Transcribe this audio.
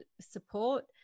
support